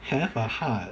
!huh! !huh! !huh!